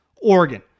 Oregon